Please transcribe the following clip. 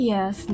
Yes